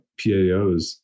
PAOs